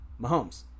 Mahomes